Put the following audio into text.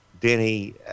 Denny